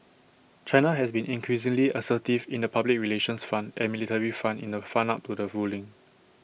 China has been increasingly assertive in the public relations front and military front in the fun up to the ruling